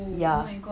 ya